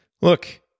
Look